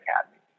Academy